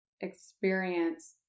experience